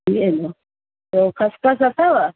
थी वेंदो ॿियो खसखस अथव